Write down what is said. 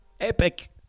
epic